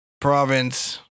province